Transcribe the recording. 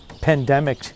pandemic